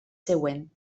següent